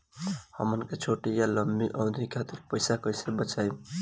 हमन के छोटी या लंबी अवधि के खातिर पैसा कैसे बचाइब?